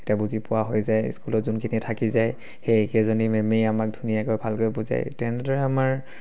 তেতিয়া বুজি পোৱা হৈ যায় স্কুলত যোনখিনি থাকি যায় সেই একেজনী মেমেই আমাক ধুনীয়াকৈ ভালকৈ বুজায় তেনেদৰে আমাৰ